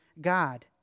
God